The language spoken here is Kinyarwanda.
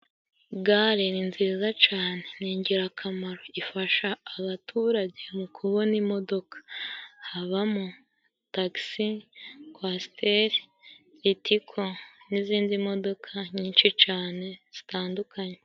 Gare ni nziza cane ni ingirakamaro, ifasha abaturage mu kubona imodoka; habamo taxi, coasteri, litico n'izindi modoka nyinshi cane zitandukanye.